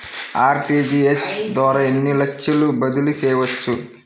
RTGS ద్వారా ఎన్ని లక్షలు బదిలీ చేయవచ్చు?